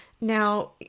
Now